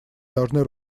должны